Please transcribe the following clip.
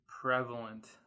prevalent